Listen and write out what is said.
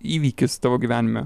įvykis tavo gyvenime